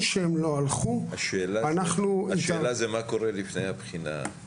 שהם לא הלכו אנחנו --- השאלה היא מה קורה לפני הבחינה,